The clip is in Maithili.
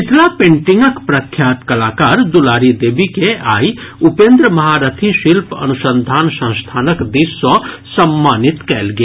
मिथिला पेंटिंगक प्रख्यात कलाकार दुलारी देवी के आइ उपेन्द्र महारथी शिल्प अनुसंधान संस्थानक दिस सँ सम्मानित कयल गेल